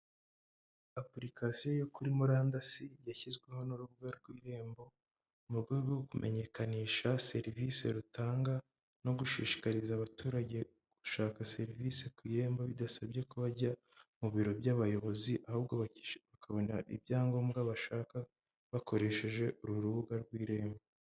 Apulikasiyo yo kuri murandasi yashyizweho n'urubuga rw' irembo mu rwego rwo kumenyekanisha serivisi rutanga, no gushishikariza abaturage gushaka serivisi ku irembo bidasabye ko bajya mu biro by'abayobozi, ahubwo bakabona ibyangombwa bashaka, bakoresheje uru rubuga rw'irembo.